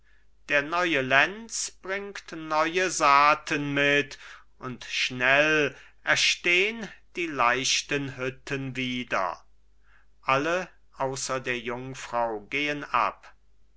der neue lenz bringt neue saaten mit und schnell erstehn die leichten hütten wieder alle außer der jungfrau gehen ab